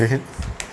wait